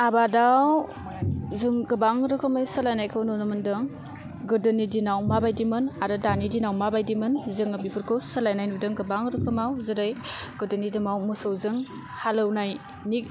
आबादाव जों गोबां रोखोमै सोलायनायखौ नुनो मोनदों गोदोनि दिनाव माबायदिमोन आरो दानि दिनाव माबायदिमोन जोङो बेफोरखौ सोलायनाय नुदों गोबां रोखोमाव जेरै गोदोनि दिनाव मोसौजों हालौनायनि